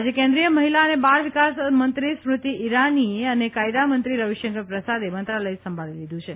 આજે કેન્દ્રિય મહિલા અને બાળવિકાસ મંત્રી સ્મૂતિ ઇરાનીએ અને કાયદામંત્રી રવિશંકર પ્રસાદે મંત્રાલય સંભાળી લીધું છે